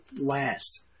last